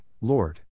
Lord